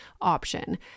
option